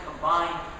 combine